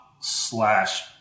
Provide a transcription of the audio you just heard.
slash